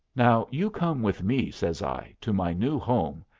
now, you come with me, says i, to my new home,